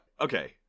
Okay